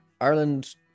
Ireland